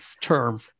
term